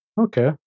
Okay